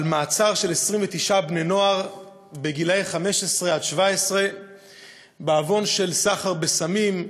מעצר של 29 בני-נוער גילאי 15 17 בעוון סחר בסמים,